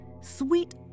Sweet